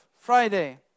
Friday